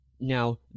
Now